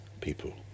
people